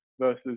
versus